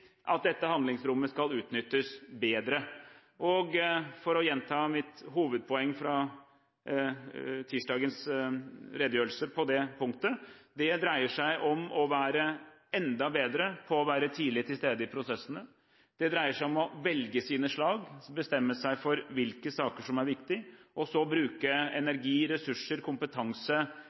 at dette handlingsrommet skal utnyttes bedre. For å gjenta mitt hovedpoeng fra tirsdagens redegjørelse på det punktet: Det dreier seg om å være enda bedre på å være tidlig til stede i prosessene, det dreier seg om å velge sine slag – bestemme seg for hvilke saker som er viktige – og så bruke energi, ressurser, kompetanse